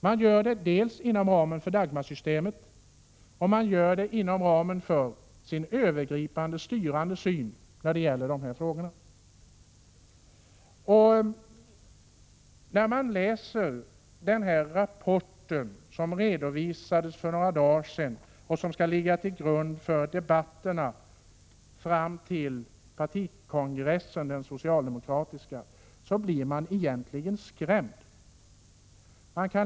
Man gör det dels inom ramen för Dagmarsystemet, dels inom ramen för sin övergripande, styrande syn i dessa frågor. När jag läser den rapport som redovisades för några dagar sedan och som skall ligga till grund för debatterna fram till den socialdemokratiska partikongressen, blir jag skrämd.